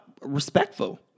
respectful